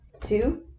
Two